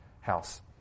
house